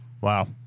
Wow